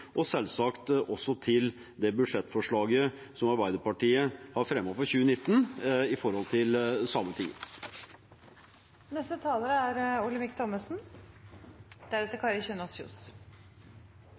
og selvsagt også til det budsjettforslaget som Arbeiderpartiet har fremmet for 2019 når det gjelder Sametinget. Det er